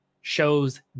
shows